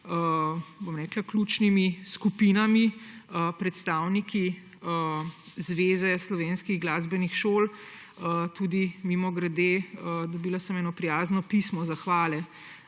omenjenimi ključnimi skupinami, predstavniki Zveze slovenskih glasbenih šol. Mimogrede, dobila sem eno prijazno pismo zahvale